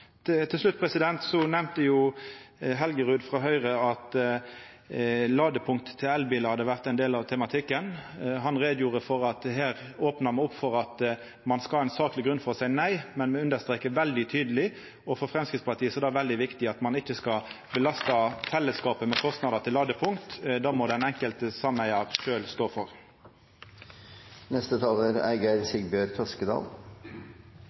Til slutt nemnde Helgerud frå Høgre at ladepunkt til elbilar har vore ein del av tematikken. Han gjorde greie for at her opna me opp for at ein må ha ein sakleg grunn for å seia nei, men me understrekar veldig tydeleg – og for Framstegspartiet er det veldig viktig – at ein ikkje skal belasta fellesskapet med kostnader til ladepunkt. Det må den enkelte sameigaren sjølv stå